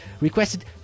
requested